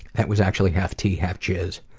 that was actually half tea, half jiz.